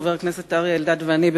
חבר הכנסת אריה אלדד ואני,